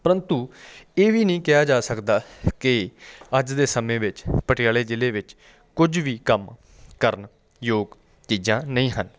ਪਰੰਤੂ ਇਹ ਵੀ ਨਹੀਂ ਕਿਹਾ ਜਾ ਸਕਦਾ ਕਿ ਅੱਜ ਦੇ ਸਮੇਂ ਵਿੱਚ ਪਟਿਆਲੇ ਜ਼ਿਲ੍ਹੇ ਵਿੱਚ ਕੁਝ ਵੀ ਕੰਮ ਕਰਨ ਯੋਗ ਚੀਜ਼ਾਂ ਨਹੀਂ ਹਨ